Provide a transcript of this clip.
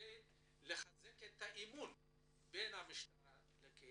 כדי לחזק את האמון בין המשטרה לקהילה.